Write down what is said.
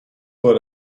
what